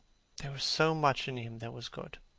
there was so much in him that was good,